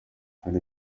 hari